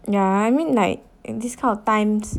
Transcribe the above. yeah I mean like and this kind of times